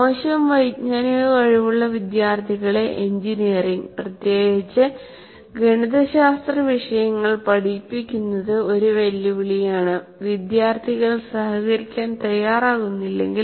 മോശം വൈജ്ഞാനിക കഴിവുള്ള വിദ്യാർത്ഥികളെ എഞ്ചിനീയറിംഗ് പ്രത്യേകിച്ച് ഗണിതശാസ്ത്ര വിഷയങ്ങൾ പഠിപ്പിക്കുന്നത് ഒരു വെല്ലുവിളിയാണ് വിദ്യാർത്ഥികൾ സഹകരിക്കാൻ തയ്യാറാകുന്നില്ലെങ്കിൽ